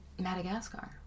Madagascar